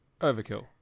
overkill